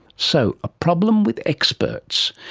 so, a problem with experts.